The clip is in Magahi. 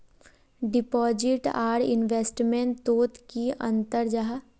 डिपोजिट आर इन्वेस्टमेंट तोत की अंतर जाहा?